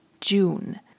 June